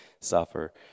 suffer